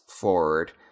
forward